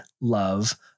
love